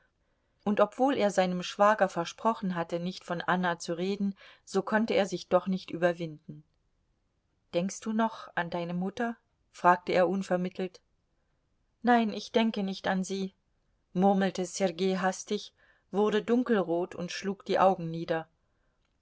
und obwohl er seinem schwager versprochen hatte nicht von anna zu reden so konnte er sich doch nicht überwinden denkst du noch an deine mutter fragte er unvermittelt nein ich denke nicht an sie murmelte sergei hastig wurde dunkelrot und schlug die augen nieder